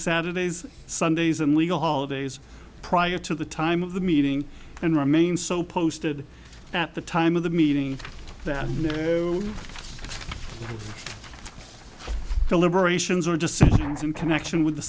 saturdays sundays and legal holidays prior to the time of the meeting and remain so posted at the time of the meeting that deliberations are just in connection with the